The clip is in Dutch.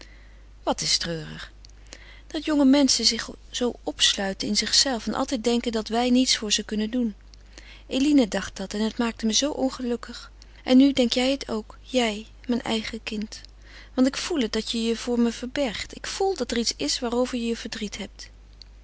wat is treurig dat jonge menschen zich zoo opsluiten in hunzelve en altijd denken dat wij niets voor ze kunnen doen eline dacht dat en het maakte me zoo ongelukkig en nu denk je het ook jij mijn eigen kind want ik voel het dat je je voor me verbergt ik voel dat er iets is waarover je verdriet hebt